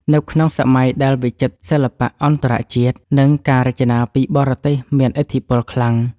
នៅក្នុងសម័យដែលវិចិត្រសិល្បៈអន្តរជាតិ និងការរចនាពីបរទេសមានឥទ្ធិពលខ្លាំង